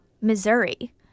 Missouri